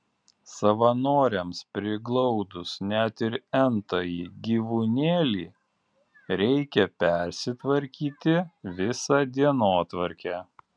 savanoriams priglaudus net ir n tąjį gyvūnėlį reikia persitvarkyti visą dienotvarkę